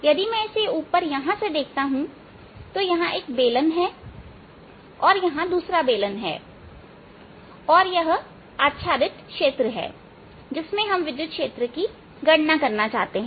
यदि मैं इसे ऊपर यहां से देखता हूं यहां एक बेलन है और यहां दूसरा बेलन है और यह आच्छादित क्षेत्र है जिसमें हम विद्युत क्षेत्र की गणना करना चाहते हैं